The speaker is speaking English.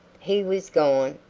he was gone,